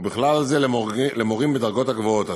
ובכלל זה למורים בדרגות הגבוהות,